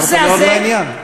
דיברת מאוד לעניין.